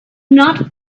not